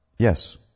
Yes